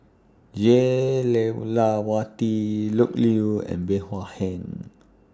Jah Lelawati Loke Yew and Bey Hua Heng